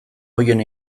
horien